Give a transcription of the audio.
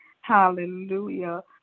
Hallelujah